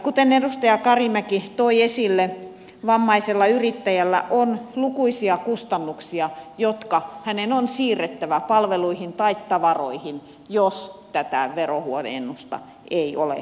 kuten edustaja karimäki toi esille vammaisella yrittäjällä on lukuisia kustannuksia jotka hänen on siirrettävä palveluihin tai tavaroihin jos tätä verohuojennusta ei ole heille tarjolla